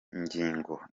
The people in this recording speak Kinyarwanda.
intego